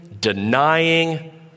denying